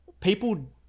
people